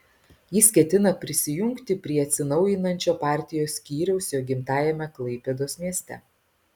jis ketina prisijungti prie atsinaujinančio partijos skyriaus jo gimtajame klaipėdos mieste